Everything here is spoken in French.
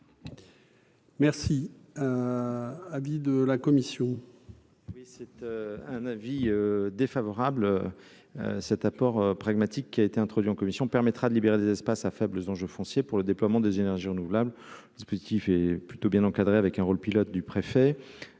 Merci de la commission. Oui, un avis défavorable, cet apport pragmatique qui a été introduit en commission permettra de libérer des espaces à faibles enjeux fonciers pour le déploiement des énergies renouvelables, dispositif est plutôt bien encadré avec un rôle pilote du préfet